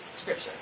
scripture